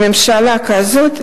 לממשלה כזאת,